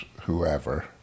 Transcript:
whoever